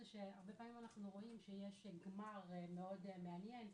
הוא שהרבה פעמים אנחנו רואים שיש גמר מאוד מעניין,